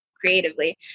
creatively